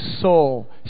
soul